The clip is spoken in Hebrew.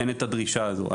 אין את הדרישה הזו.